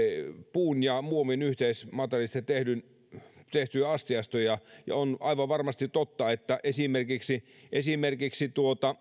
puun ja muovin yhteismateriaalista tehtyjä astiastoja ja on aivan varmasti totta että esimerkiksi esimerkiksi